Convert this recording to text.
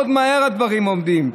מהר מאוד הדברים עומדים.